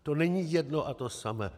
To není jedno a to samé.